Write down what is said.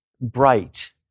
bright